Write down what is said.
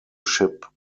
ship